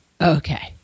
okay